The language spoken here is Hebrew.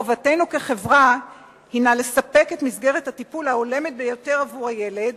חובתנו כחברה לספק את מסגרת הטיפול ההולמת ביותר עבור הילד,